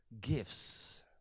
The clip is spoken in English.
gifts